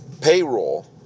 payroll